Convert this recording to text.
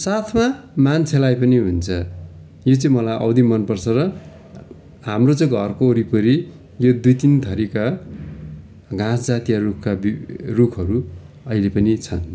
साथमा मान्छेलाई पनि हुन्छ यो चाहिँ मलाई औधी मन पर्छ र हाम्रो चाहिँ घरको वरिपरि यो दुई तिन थरीका घाँस जातीय रुखका वि रुखहरू अहिले पनि छन्